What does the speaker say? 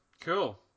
Cool